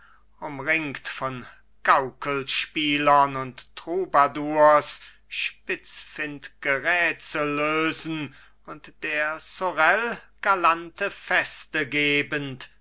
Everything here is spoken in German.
umringt von gaukelspielern und troubadours spitzfindge rätsel lösend und der sorel galante feste gebend